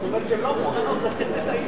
זאת אומרת שהן לא מוכנות לתת את,